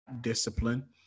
discipline